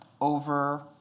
over